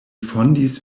fondis